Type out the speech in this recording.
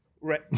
Right